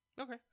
Okay